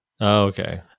okay